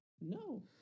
No